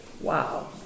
Wow